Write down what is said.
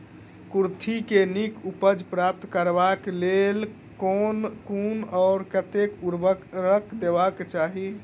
कुर्थी केँ नीक उपज प्राप्त करबाक लेल केँ कुन आ कतेक उर्वरक देबाक चाहि?